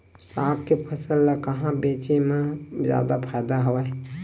साग के फसल ल कहां बेचे म जादा फ़ायदा हवय?